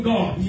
God